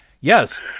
Yes